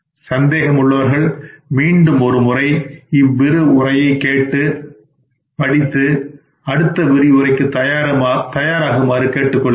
சந்தேகம் உள்ளவர்கள் மீண்டுமொருமுறை இவ்விரு உரையை கேட்டு படித்து அடுத்த விரிவுரைக்கு தயாராகுமாறு கேட்டுக்கொள்கிறேன்